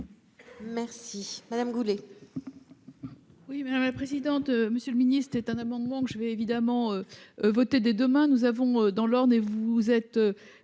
Merci Madame Goulet.